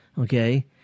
Okay